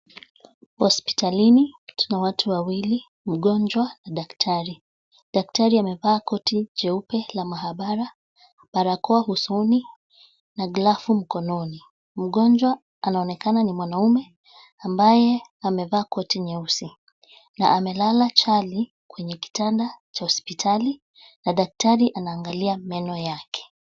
Hospitalini. Tuna watu wawili, mgonjwa daktari. Daktari amevaa koti cheupe la mahabara, barakoa usoni, na glavu mkononi. Mgonjwa anaonekana ni mwanaume ambaye amevaa koti nyeusi, na amelala chali kwenye kitanda cha hospitali na daktari anaangalia meno yake.